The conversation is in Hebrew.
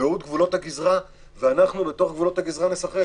יקבעו את גבולות הגזרה ואנחנו נשחק בתוך גבולות הגזרה.